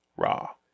Raw